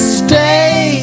stay